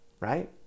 right